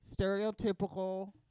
stereotypical